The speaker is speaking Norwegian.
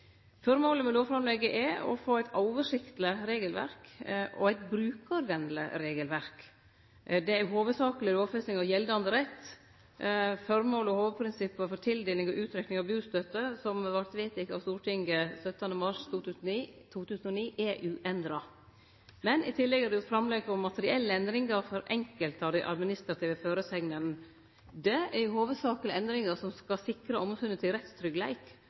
Føremålet med lovframlegget er å få eit oversiktleg og brukarvenleg regelverk. Det er hovudsakleg ei lovfesting av gjeldande rett. Føremålet og hovudprinsippa for tildeling og utrekning av bustøtte, som vart vedtekne av Stortinget 17. mars 2009, er uendra. Men i tillegg er det gjort framlegg om materielle endringar i enkelte av dei administrative føresegnene. Det er hovudsakleg endringar som skal sikre omsynet til